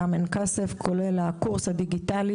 הקורס הדיגיטלי